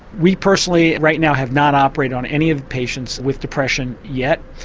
we personally right now have not operated on any patients with depression yet.